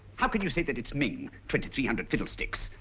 how could you say that it's ming? twenty-three hundred fiddlesticks.